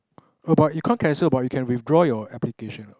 err but you can't cancel but you can withdraw your application